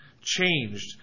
Changed